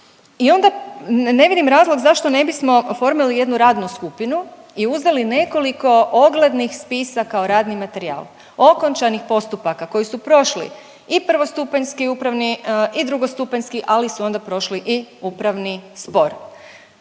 I onda ne vidim razlog zašto ne bismo oformili jednu radnu skupinu i uzeli nekoliko oglednih spisa kao radni materijal, okončanih postupaka koji su prošli i prvostupanjski upravni i drugostupanjski, ali su onda prošli i upravni spor.